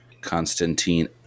Constantine